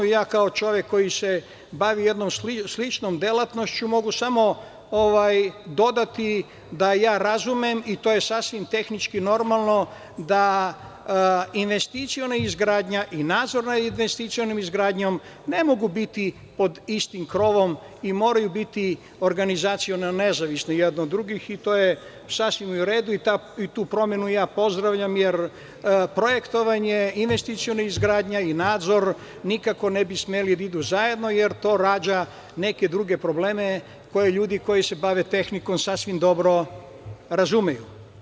Ja kao čovek koji se bavi jednom sličnom delatnošću mogu samo dodati da ja razumem, i to je sasvim tehnički normalno, da investiciona izgradnja i nadzor nad investicionom izgradnjom ne mogu biti pod istim krovom i moraju biti organizaciono nezavisne jedne od drugih, i to je sasvim u redu i tu promenu ja pozdravljam, jer projektovanje, investiciona izgradnja i nadzor nikako ne bi smeli da idu zajedno, jer to rađa neke druge probleme koje ljudi koji se bave tehnikom sasvim dobro razumeju.